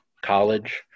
college